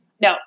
no